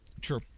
True